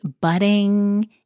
budding